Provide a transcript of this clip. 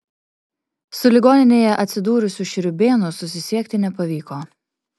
su ligoninėje atsidūrusiu šriūbėnu susisiekti nepavyko